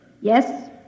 Yes